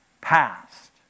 past